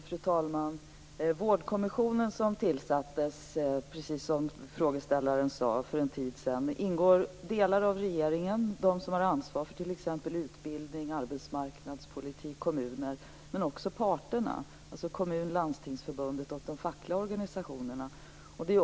Fru talman! I Vårdkommissionen som tillsattes, precis som frågeställaren sade, för en tid sedan ingår delar av regeringen, nämligen de som har ansvar för t.ex. utbildning, arbetsmarknad och kommuner, men också parterna, alltså Kommun och Landstingsförbundet och de fackliga organisationerna.